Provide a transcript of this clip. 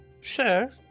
sure